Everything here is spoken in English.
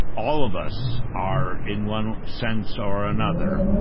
all of us are, in one sense or another,